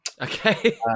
okay